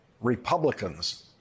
Republicans